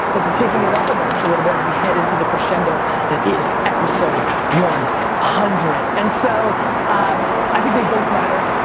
like we're taking it up a notch a little bit as we head into the crescendo that is episode one hundred. and so i think they both matter.